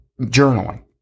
Journaling